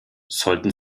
sollten